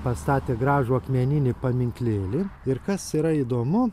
pastatė gražų akmeninį paminklėlį ir kas yra įdomu